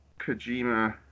Kojima